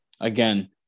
again